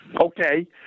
Okay